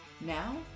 Now